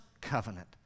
covenant